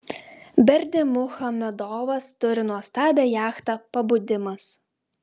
berdymuchamedovas turi nuostabią jachtą pabudimas